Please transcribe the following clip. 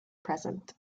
present